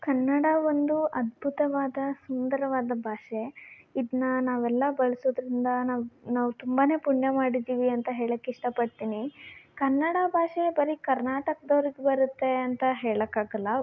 ಕನ್ನಡ ಒಂದು ಅದ್ಭುತವಾದ ಸುಂದರವಾದ ಭಾಷೆ ಇದನ್ನ ನಾವೆಲ್ಲ ಬಳಸೋದ್ರಿಂದ ನಾವು ನಾವು ತುಂಬಾ ಪುಣ್ಯ ಮಾಡಿದ್ದೀವಿ ಅಂತ ಹೇಳಕೆ ಇಷ್ಟ ಪಡ್ತೀನಿ ಕನ್ನಡ ಭಾಷೆ ಬರಿ ಕರ್ನಾಟಕ್ದವ್ರಿಗೆ ಬರುತ್ತೆ ಅಂತ ಹೇಳೋಕ್ಕಾಗಲ್ಲ